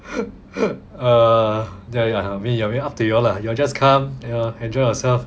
err ya ya I mean up to you all lah you will just come and err enjoy yourself